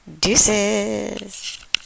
Deuces